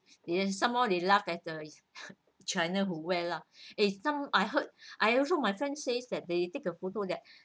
then some more they laughed at the china who wear lah and some I heard I also my friend says that they take a photo that